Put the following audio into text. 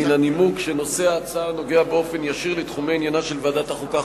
מן הנימוק שנושא ההצעה נוגע באופן ישיר לתחומי עניינה של ועדת החוקה,